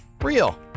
real